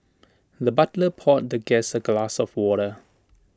the butler poured the guest A glass of water